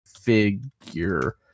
figure